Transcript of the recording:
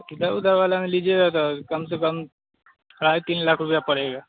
तो इधर उधर वाला में लीजिएगा तो कम से कम साढ़े तीन लाख रुपया पड़ेगा